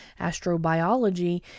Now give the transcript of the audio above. astrobiology